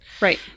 right